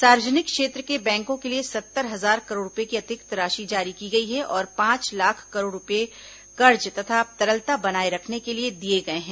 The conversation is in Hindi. सार्वजनिक क्षेत्र के बैंकों के लिए सत्तर हजार करोड़ रुपये की अतिरिक्त राशि जारी की गई है और पांच लाख करोड़ रुपये कर्ज तथा तरलता बनाए रखने के लिए दिए गए हैं